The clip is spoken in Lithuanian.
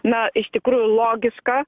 na iš tikrųjų logiška